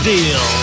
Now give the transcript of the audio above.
Deal